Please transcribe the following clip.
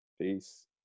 peace